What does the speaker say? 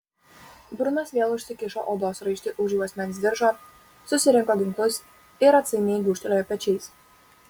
brunas vėl užsikišo odos raištį už juosmens diržo susirinko ginklus ir atsainiai gūžtelėjo pečiais